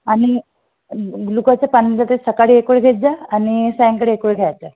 आणि ग्लुकोजचे पाणी जाते सकाळी एक वेळ घेत जा आणि सायंकाळी एक वेळ घ्यायचं